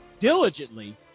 diligently